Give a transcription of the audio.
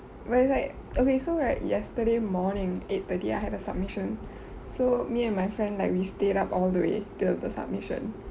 but it's like okay so right yesterday morning eight thirty I had a submission so me and my friend like we stayed up all the way till the submission